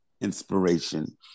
inspiration